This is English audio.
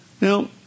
Now